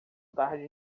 tarde